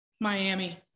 Miami